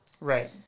Right